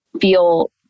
feel